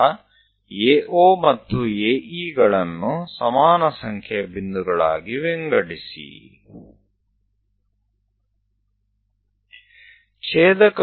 પછી AO અને AE ને સમાન સંખ્યાના બિંદુઓમાં વહેંચો